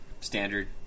standard